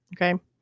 Okay